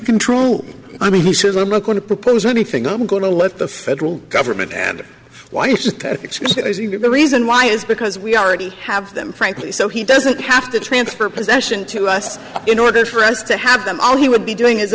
control i mean he says i'm not going to propose any figure i'm going to lift the federal government and the reason why is because we already have them frankly so he doesn't have to transfer possession to us in order for us to have them all he would be doing is